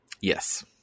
Yes